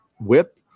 whip